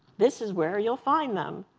this is where you'll find them.